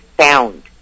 sound